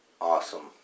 Awesome